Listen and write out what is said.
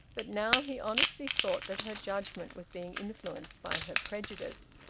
but now he honestly thought that her judgement was being influenced by her prejudice,